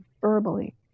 verbally